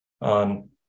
on